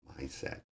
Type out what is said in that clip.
mindset